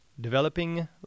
developing